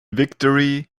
victory